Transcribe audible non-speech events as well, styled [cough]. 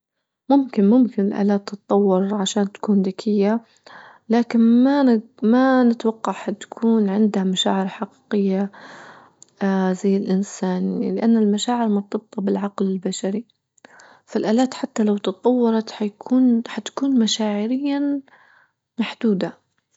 ممكن-ممكن الآلات تتطور عشان تكون ذكية لكن ما نت ما نتوقع حتكون عندها مشاعر حقيقية [hesitation] زي الإنسان لأن المشاعر مرتبطة بالعقل البشري، في الآلات حتى لو تطورت حيكون حتكون مشاعريا محدودة.